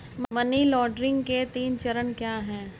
Money laundering के तीन चरण क्या हैं?